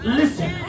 listen